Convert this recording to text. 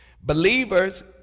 Believers